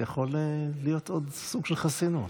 זה יכול להיות עוד סוג של חסינות.